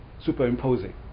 superimposing